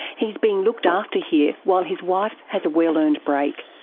he's being looked after here while his wife has a well-earned break.